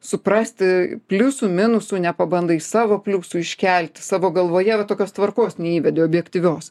suprasti pliusų minusų nepabandai savo pliusų iškelt savo galvoje va tokios tvarkos neįvedi objektyvios